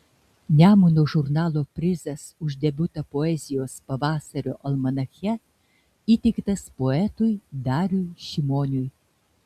nemuno žurnalo prizas už debiutą poezijos pavasario almanache įteiktas poetui dariui šimoniui